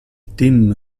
team